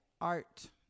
art